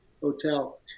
hotel